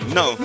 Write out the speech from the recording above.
no